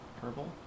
Purple